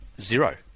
zero